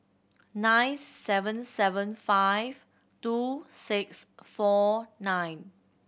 nine seven seven five two six four nine